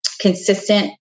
consistent